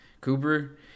Cooper